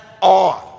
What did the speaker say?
on